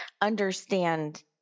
understand